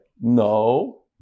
No